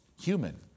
human